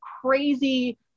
crazy